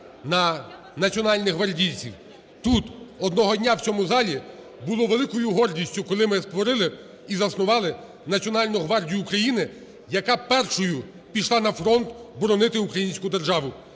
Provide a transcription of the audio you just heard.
на національних гвардійців. Тут одного дня в цьому залі було великою гордістю, коли ми створили і заснували Національну гвардію України, яка першою пішла на фронт боронити українську державу.